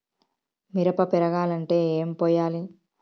మిరప పెరగాలంటే ఏం పోయాలి?